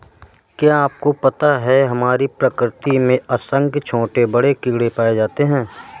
क्या आपको पता है हमारी प्रकृति में असंख्य छोटे बड़े कीड़े पाए जाते हैं?